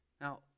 Now